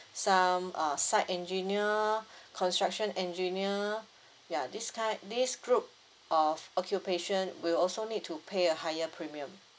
some err site engineer construction engineer ya this kind this group of occupation will also need to pay a higher premium